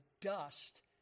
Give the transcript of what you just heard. dust